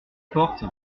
porte